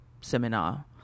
seminar